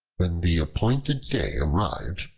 when the appointed day arrived,